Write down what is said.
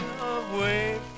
away